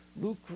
Luke